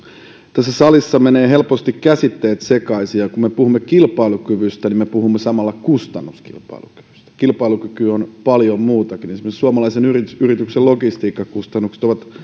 tässä salissa menevät helposti käsitteet sekaisin ja kun me puhumme kilpailukyvystä niin me puhumme samalla kustannuskilpailukyvystä kilpailukyky on paljon muutakin esimerkiksi suomalaisen yrityksen yrityksen logistiikkakustannukset ovat